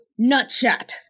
nutshot